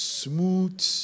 smooth